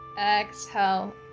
exhale